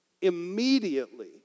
Immediately